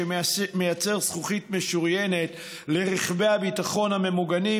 שמייצר זכוכית משוריינת לרכבי הביטחון הממוגנים,